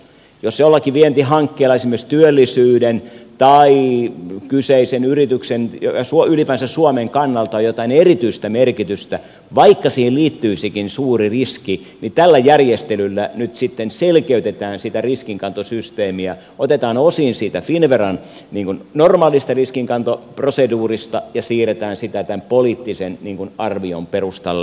jos jollakin vientihankkeella esimerkiksi työllisyyden tai kyseisen yrityksen ylipäänsä suomen kannalta on jotain erityistä merkitystä vaikka siihen liittyisikin suuri riski niin tällä järjestelyllä nyt sitten selkeytetään sitä riskinkantosysteemiä otetaan osin siitä finnveran normaalista riskinkantoproseduurista ja siirretään sitä tämän poliittisen arvion perustalle